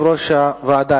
יושב-ראש הוועדה,